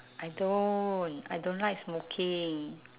I don't I don't like smoking